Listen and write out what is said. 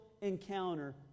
encounter